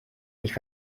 nicht